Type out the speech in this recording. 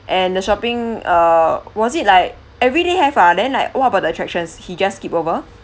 and the shopping uh was it like everyday have ah then like what about the attractions he just skip over